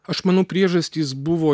aš manau priežastys buvo